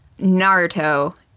Naruto